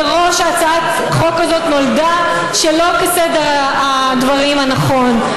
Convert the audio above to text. מראש הצעת החוק הזאת נולדה שלא בסדר הדברים הנכון,